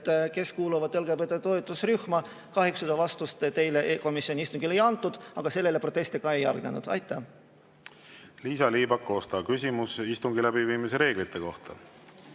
kes kuuluvad toetusrühma. Kahjuks seda vastust teile komisjoni istungil ei antud, aga sellele proteste ei järgnenud. Liisa-Ly Pakosta, küsimus istungi läbiviimise reeglite kohta.